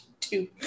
two